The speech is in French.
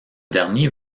dernier